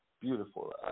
beautiful